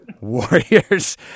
Warriors